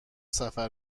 سفر